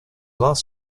last